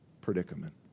predicament